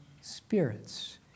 spirits